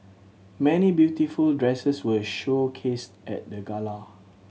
many beautiful dresses were showcased at the gala